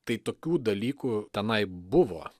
tai tokių dalykų tenai buvo